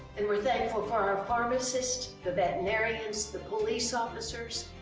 and we're thankful for our pharmacists, the veterinarians, the police officers,